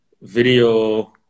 video